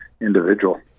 individual